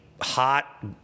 hot